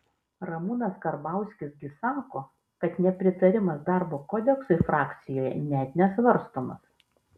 ramūnas karbauskis gi sako kad nepritarimas darbo kodeksui frakcijoje net nesvarstomas